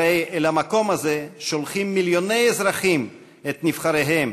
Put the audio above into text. הרי אל המקום הזה שולחים מיליוני אזרחים את נבחריהם,